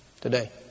today